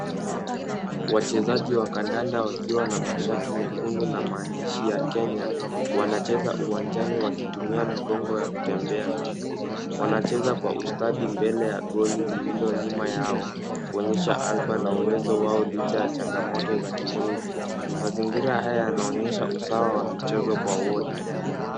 Wachezaji wa kandanda wakiwa na mashati mekundu na maandishi ya kenya wanacheza uwanjani wakitumia mgongo ya kutembea. Wanacheza kwa ustadi mbele ya goli lililo nyuma yao kuonyesha hazma na uwezo wao licha ya changamoto za kimwili. Mazingira haya yanaonyesha usawa wa michezo kwa wote.